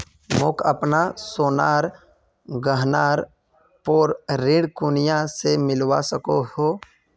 मोक अपना सोनार गहनार पोर ऋण कुनियाँ से मिलवा सको हो?